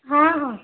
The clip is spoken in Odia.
ହଁ ହଁ